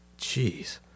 jeez